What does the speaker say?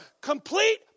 complete